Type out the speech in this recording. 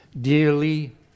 Dearly